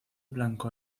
blanco